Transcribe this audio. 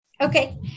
Okay